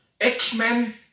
X-Men